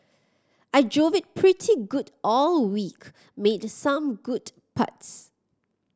I drove it pretty good all week made some good putts